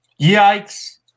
Yikes